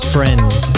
Friends